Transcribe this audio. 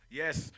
yes